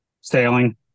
sailing